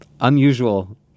unusual